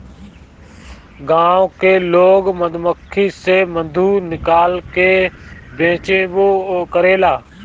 गाँव के लोग मधुमक्खी से मधु निकाल के बेचबो करेला